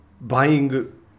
buying